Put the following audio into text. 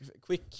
quick